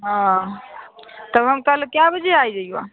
हॅं तब हम कल कए बजे आ जइयौ